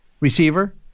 receiver